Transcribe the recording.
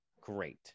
great